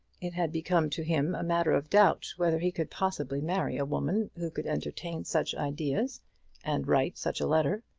it had become to him a matter of doubt whether he could possibly marry a woman who could entertain such ideas and write such a letter.